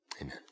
Amen